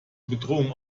bedrohung